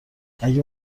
اگه